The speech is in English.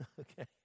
okay